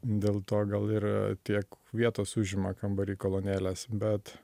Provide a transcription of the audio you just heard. dėl to gal ir tiek vietos užima kambary kolonėlės bet